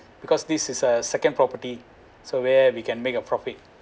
because this is a second property so where we can make a profit